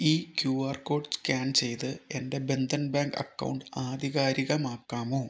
ഈ QR code scan ചെയ്ത് എൻ്റെ ബന്ധൻ ബാങ്ക് അക്കൗണ്ട് ആധികാരികമാക്കാമോ